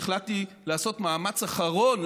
כשהחלטתי לעשות מאמץ אחרון,